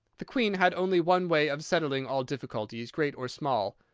the queen had only one way of settling all difficulties, great or small.